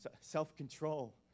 self-control